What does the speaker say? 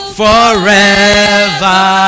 forever